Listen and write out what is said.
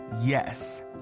yes